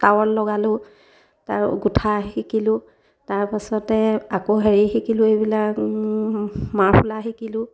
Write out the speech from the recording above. towel লগালোঁ তাৰ গোঠা শিকিলোঁ তাৰপাছতে আকৌ হেৰি শিকিলোঁ এইবিলাক মাৰ্ফলা শিকিলোঁ